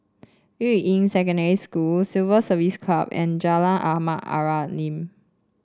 Yuying Secondary School Civil Service Club and Jalan Ahmad Ibrahim